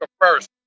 first